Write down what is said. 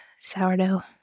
sourdough